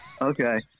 Okay